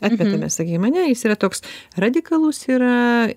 atmetame sakykim ane jis yra toks radikalus yra